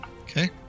Okay